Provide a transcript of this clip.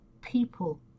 people